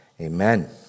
amen